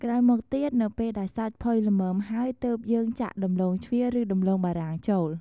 ក្រោយមកទៀតនៅពេលដែលសាច់ផុយល្មមហើយទើបយើងចាក់ដំឡូងជ្វាឬដំឡូងបារាំងចូល។